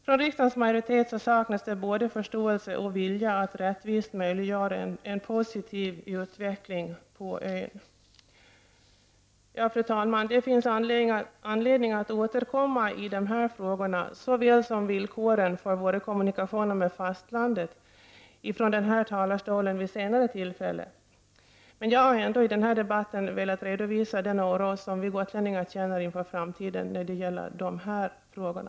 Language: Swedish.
Från riksdagsmajoritetens sida saknas det både förståelse och vilja när det gäller att rättvist möjliggöra en positiv utveckling på ön. Fru talman! Det finns anledning att återkomma i denna talarstol vid ett senare tillfälle såväl till dessa frågor som till villkoren för våra kommunikationer med fastlandet. Vad jag ville redovisa i denna debatt var den oro som vi gotlänningar känner inför framtiden när det gäller de här frågorna.